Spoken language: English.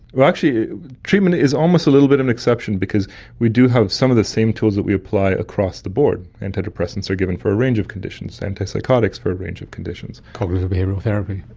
actually treatment is almost a little bit an exception because we do have some of the same tools that we apply across the board. antidepressants are given for a range of conditions, antipsychotics for a range of conditions. cognitive behavioural therapy.